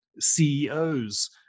CEOs